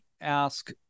ask